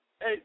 hey